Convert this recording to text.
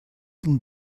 nun